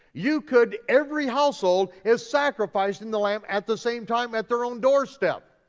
you could, every household is sacrificing the lamb at the same time at their own doorstep.